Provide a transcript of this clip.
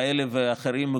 כאלה ואחרים,